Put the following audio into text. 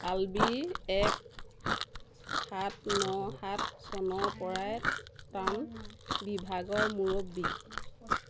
আলবি এক সাত ন সাত চনৰ পৰাই টাৰ্ণ বিভাগৰ মুৰব্বী